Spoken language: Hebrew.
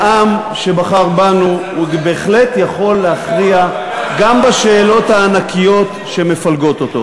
העם שבחר בנו בהחלט יכול להכריע גם בשאלות הענקיות שמפלגות אותו.